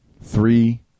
Three